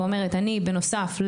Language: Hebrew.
אני בנוסף,